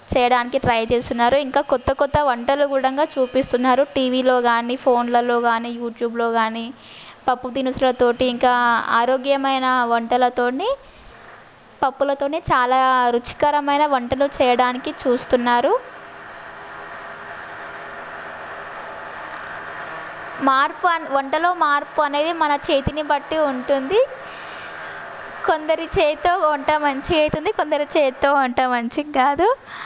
చేయడానికి ట్రై చేస్తున్నారు ఇంకా క్రొత్త క్రొత్త వంటలు గూడంగ చూపిస్తున్నారు టీవీలో కానీ ఫోన్లలో కానీ యూట్యూబ్లో కానీ పప్పు దినుసుల తోటి ఇంకా ఆరోగ్యమైన వంటలతో పప్పులతోనే చాలా రుచికరమైన వంటలు చేయడానికి చూస్తున్నారు మార్పు వంటలో మార్పు అనేది మన చేతిని బట్టి ఉంటుంది కొందరి చేతితో వంట మంచిగా అవుతుంది కొందరు చేతితో వంట మంచిగా కాదు